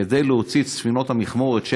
כדי להוציא את ספינות המכמורת,